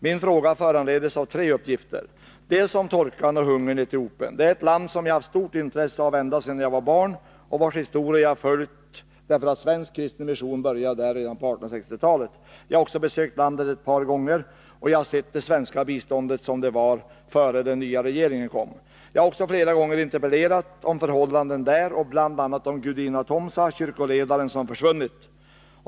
Min fråga föranleddes av tre uppgifter: För det första föranleddes den av uppgiften om torka och hunger i Etiopien — ett land som jag haft stort intresse av ända sedan min barndom och vars historia jag följt, därför att svensk kristen mission började där redan på 1860-talet. Jag har också besökt landet ett par gånger, och jag har kännedom om det svenska biståndet sådant det var innan den socialdemokratiska regeringen tillträdde. Jag har också flera gånger interpellerat om förhållandena i Etiopien, bl.a. om Gudina Tomsa, kyrkoledaren som försvunnit.